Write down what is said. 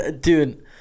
Dude